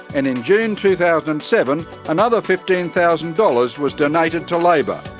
and in june two thousand and seven another fifteen thousand dollars was donated to labor.